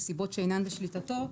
מסיבות שאינן בשליטתו,